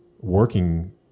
working